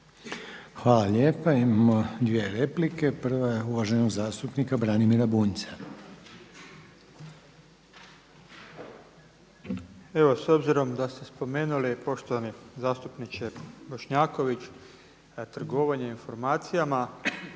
Hvala lijepa. Imamo dvije replike. Prva je uvaženog zastupnika Branimira Bunjca. **Bunjac, Branimir (Živi zid)** Evo s obzirom da ste spomenuli, poštovani zastupniče Bošnjaković trgovanje informacijama,